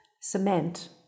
cement